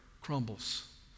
crumbles